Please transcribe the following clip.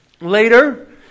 Later